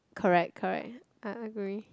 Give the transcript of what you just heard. correct correct I agree